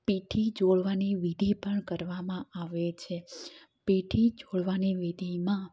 પીઠી ચોળવાની વિધિ પણ કરવામાં આવે છે પીઠી ચોળવાની વિધિમાં